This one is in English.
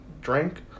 drank